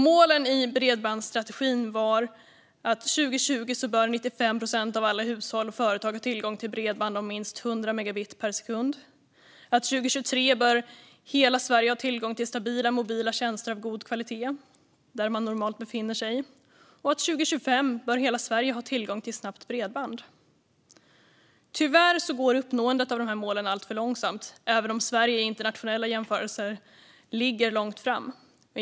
Målen i bredbandsstrategin var att 95 procent av alla hushåll och företag år 2020 bör ha tillgång till bredband om minst 100 megabit per sekund, att hela Sverige år 2023 bör ha tillgång till stabila mobila tjänster av god kvalitet där man normalt befinner sig och att hela Sverige år 2025 bör ha tillgång till snabbt bredband. Tyvärr går uppnåendet av målen alltför långsamt, även om Sverige i internationella jämförelser ligger långt fram.